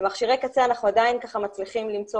במכשירי קצה אנחנו עדיין ככה מצליחים למצוא